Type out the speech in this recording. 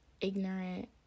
ignorant